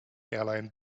airlines